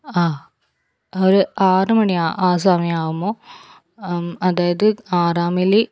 ആഹ് ഒരു ആറ് മണി ആ സമയാകുമ്പോൾ അതായത് ആറാം മൈലിൽ